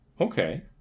Okay